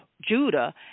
Judah